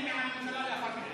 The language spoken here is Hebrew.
ראשונה, ונתאם עם הממשלה לאחר מכן.